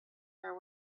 there